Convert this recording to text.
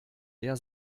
der